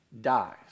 dies